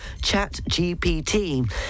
ChatGPT